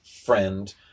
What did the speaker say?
friend